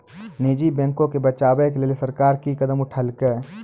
निजी बैंको के बचाबै के लेली सरकार कि कदम उठैलकै?